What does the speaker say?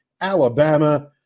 Alabama